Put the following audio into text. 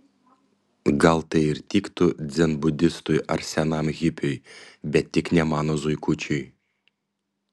gal tai ir tiktų dzenbudistui ar senam hipiui bet tik ne mano zuikučiui